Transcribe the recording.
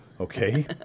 okay